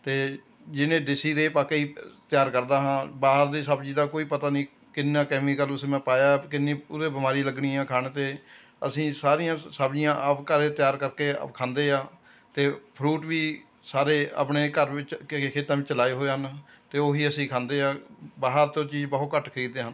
ਅਤੇ ਜਿਹਨੇ ਦੇਸੀ ਰੇਹ ਪਾ ਕੇ ਤਿਆਰ ਕਰਦਾ ਹਾਂ ਬਾਹਰ ਦੀ ਸਬਜ਼ੀ ਦਾ ਕੋਈ ਪਤਾ ਨਹੀਂ ਕਿੰਨਾ ਕੈਮੀਕਲ ਉਸ ਮੈਂ ਪਾਇਆ ਕਿੰਨੀ ਕੁ ਉਹਦੀ ਬਿਮਾਰੀ ਲੱਗਣੀ ਹੈ ਖਾਣ 'ਤੇ ਅਸੀਂ ਸਾਰੀਆਂ ਸਬਜ਼ੀਆਂ ਆਪ ਘਰੇ ਤਿਆਰ ਕਰਕੇ ਖਾਂਦੇ ਆ ਅਤੇ ਫਰੂਟ ਵੀ ਸਾਰੇ ਆਪਣੇ ਘਰ ਵਿੱਚ ਖੇਤਾਂ ਵਿੱਚ ਲਾਏ ਹੋਏ ਹਨ ਅਤੇ ਉਹੀ ਅਸੀਂ ਖਾਂਦੇ ਹਾਂ ਬਾਹਰ ਤੋਂ ਚੀਜ਼ ਬਹੁਤ ਘੱਟ ਖਰੀਦਦੇ ਹਨ